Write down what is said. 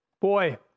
Boy